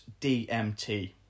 DMT